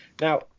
now